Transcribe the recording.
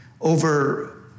over